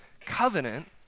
covenant